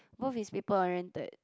both is people oriented